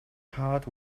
heart